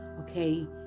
okay